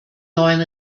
neuen